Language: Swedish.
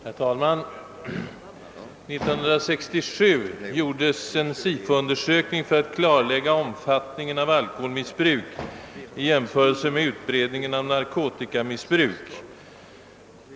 Herr talman! År 1967 gjordes en SIFO-undersökning för att klarlägga omfattningen av alkoholmissbruk i jämförelse med utbredningen av narkotikamissbruk.